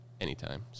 anytime